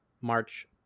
March